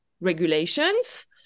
regulations